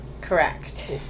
Correct